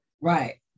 Right